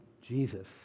Jesus